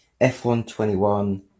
F121